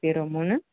zero மூணு